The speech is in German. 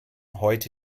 heute